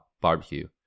barbecue